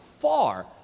far